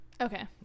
okay